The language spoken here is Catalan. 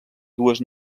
dues